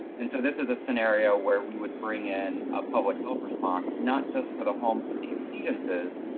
and so this is a scenario where we would bring in a public health response, not just for the homes with the exceedences,